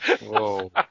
Whoa